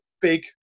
big